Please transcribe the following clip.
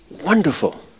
wonderful